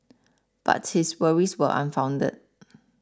but his worries were unfounded